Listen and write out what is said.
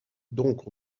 donc